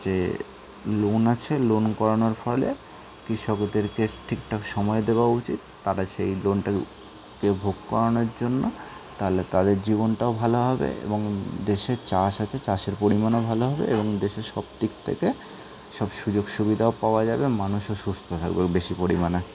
যে লোন আছে লোন করানোর ফলে কৃষকদেরকে ঠিকঠাক সময় দেওয়া উচিত তারা সেই লোনটাকে কে ভোগ করানোর জন্য তাহলে তাদের জীবনটাও ভালো হবে এবং দেশের চাষ আছে চাষের পরিমাণও ভালো হবে এবং দেশের সবদিক থেকে সব সুযোগ সুবিধাও পাওয়া যাবে মানুষও সুস্থ থাকবে বেশি পরিমাণে